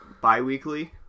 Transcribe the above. bi-weekly